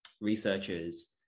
researchers